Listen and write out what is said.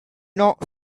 not